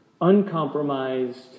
uncompromised